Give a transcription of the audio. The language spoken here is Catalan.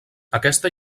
aquesta